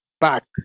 back